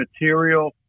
material